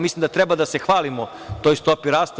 Mislim da treba da se hvalimo toj stopi rasta.